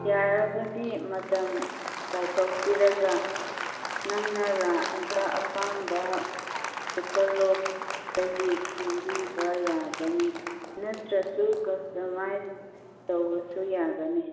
ꯌꯥꯔꯒꯗꯤ ꯃꯇꯝ ꯀꯥꯏꯊꯣꯛꯄꯤꯔꯒ ꯅꯪꯅ ꯂꯥꯛꯑꯒ ꯑꯄꯥꯝꯕ ꯀꯦꯇꯂꯣꯛꯇꯒꯤ ꯈꯟꯕꯤꯕ ꯌꯥꯒꯅꯤ ꯅꯠꯇ꯭ꯔꯁꯨ ꯀꯁꯇꯃꯥꯏꯁ ꯇꯧꯕꯁꯨ ꯌꯥꯒꯅꯤ